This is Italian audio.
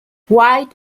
white